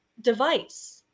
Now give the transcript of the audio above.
device